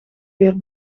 weer